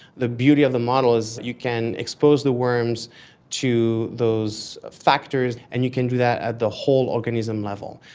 the beauty of the model is you can expose the worms to those factors and you can do that at the whole organism level.